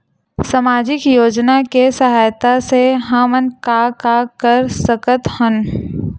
सामजिक योजना के सहायता से हमन का का कर सकत हन?